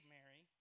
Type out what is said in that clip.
Mary